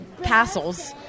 Castles